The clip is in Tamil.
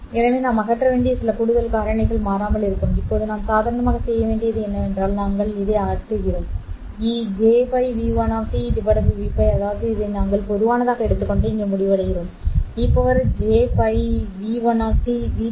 எனவே நாம் அகற்றக்கூடிய சில கூடுதல் காரணிகள் மாறாமல் இருக்கும் இப்போது நாம் சாதாரணமாக செய்ய வேண்டியது என்னவென்றால் நாங்கள் இதை அகற்றுகிறோம் jπ v1 V π அதாவது இதை நாங்கள் பொதுவானதாக எடுத்துக்கொண்டு இங்கே முடிவடைகிறோம் e jπ v¿¿2 −v¿¿1 V